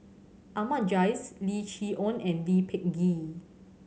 Ahmad Jais Lim Chee Onn and Lee Peh Gee